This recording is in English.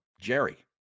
jerry